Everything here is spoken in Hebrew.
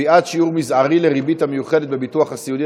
(קביעת שיעור מזערי לריבית המיוחדת בביטוח סיעודי),